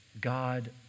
God